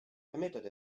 permitted